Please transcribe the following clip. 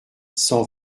cent